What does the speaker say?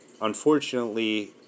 unfortunately